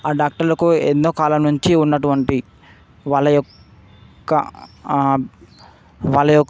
ఆ డాక్టర్లకు ఎన్నో కాలం నుంచి ఉన్నటువంటి వాళ్ళ యొక్క వాళ్ళ యొ